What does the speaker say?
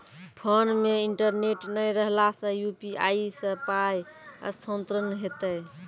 Phone मे internet नै रहला सॅ, यु.पी.आई सॅ पाय स्थानांतरण हेतै?